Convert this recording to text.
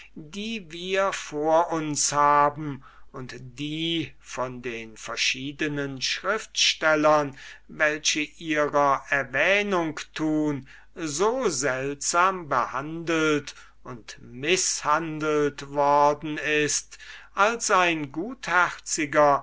die wir vor uns haben und die von den verschiedenen schriftstellern welche ihrer erwähnung tun so seltsam behandelt und mißhandelt worden ist als ein gutherziger